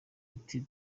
ruti